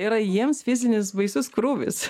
yra jiems fizinis baisus krūvis